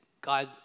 God